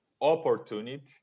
opportunity